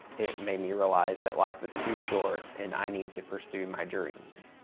it made me realize that life is too short and i need to pursue my dreams.